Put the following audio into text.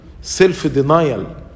self-denial